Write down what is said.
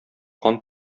кан